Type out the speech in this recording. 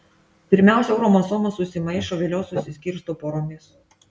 pirmiausia chromosomos susimaišo vėliau susiskirsto poromis